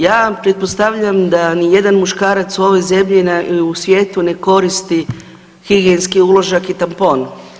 Ja vam pretpostavljam da ni jedan muškarac u ovoj zemlji ili u svijetu ne koristi higijenski uložak i tampon.